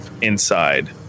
inside